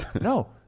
no